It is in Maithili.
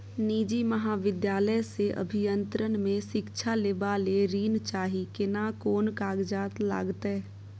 निजी महाविद्यालय से अभियंत्रण मे शिक्षा लेबा ले ऋण चाही केना कोन कागजात लागतै?